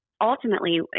ultimately